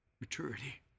maturity